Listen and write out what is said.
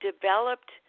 developed